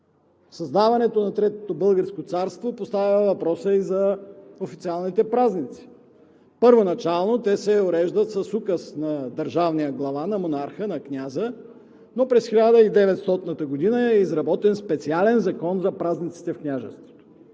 Създаването на Третото българско царство поставя въпроса и за официалните празници. Първоначално те се уреждат с Указ на държавния глава, на монарха, на княза, но през 1900 г. е изработен специален закон за празниците в Княжеството.